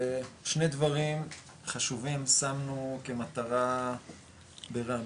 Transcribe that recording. ושני דברים חשובים שמנו כמטרה ברמ"י,